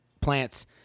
plants